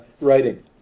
writing